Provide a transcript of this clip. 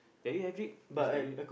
that you have it it's that you